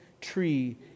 tree